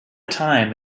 time